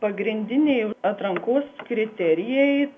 pagrindiniai atrankos kriterijai